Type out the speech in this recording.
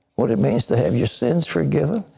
what it means to have your sins forgiven,